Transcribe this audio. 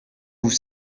vous